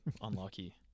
Unlucky